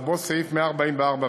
ובו סעיף 144ו,